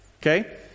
Okay